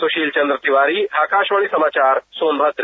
सुशील चंद्र तिवारी आकाशवाणी समाचार सोनभद्र